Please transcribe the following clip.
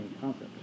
concept